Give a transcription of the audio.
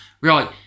Right